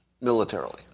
militarily